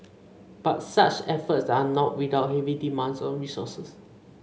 but such efforts are not without heavy demands on resources